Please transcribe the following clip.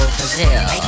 Brazil